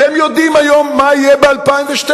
אתם יודעים היום מה יהיה ב-2012.